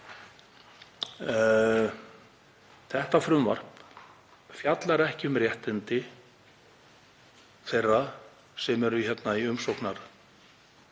Þetta frumvarp fjallar ekki um réttindi þeirra sem eru í umsóknarferli